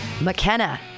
McKenna